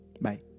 Bye